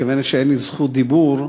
כיוון שאין לי זכות דיבור,